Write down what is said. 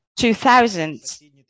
2000s